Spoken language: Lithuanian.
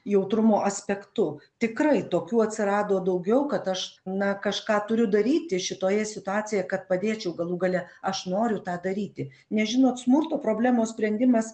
jautrumo aspektu tikrai tokių atsirado daugiau kad aš na kažką turiu daryti šitoje situacijoje kad padėčiau galų gale aš noriu tą daryti nes žinot smurto problemos sprendimas